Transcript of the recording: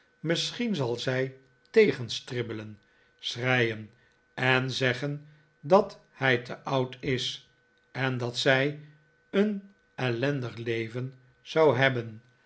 misschien zal zij tegenstribbelen schreien en zeggen dat hij te oud is en dat zij een ellendig leven zou hebben